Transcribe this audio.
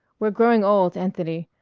we're growing old, anthony.